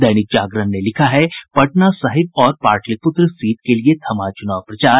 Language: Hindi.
दैनिक जागरण ने लिखा है पटना साहिब और पाटलिपुत्र सीट के लिये थमा चुनाव प्रचार